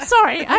Sorry